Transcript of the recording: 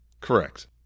correct